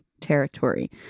territory